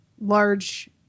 large